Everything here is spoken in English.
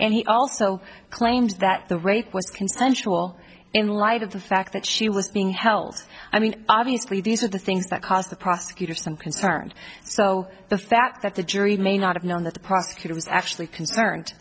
and he also claims that the rape was consensual in light of the fact that she was being held i mean obviously these are the things that caused the prosecutor some concerns so the fact that the jury may not have known that the prosecutor was actually